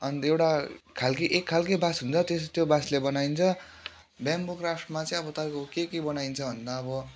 अन्त एउटा खालके एक खालके बाँस हुन्छ त्यस त्यो बाँसले बनाइन्छ बेम्बो क्राफ्टमा चाहिँ अब तपाईँको के के बनाइन्छ भन्दा अब